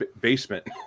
basement